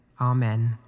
amen